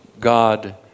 God